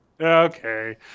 Okay